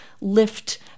lift